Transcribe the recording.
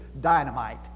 dynamite